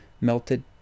melted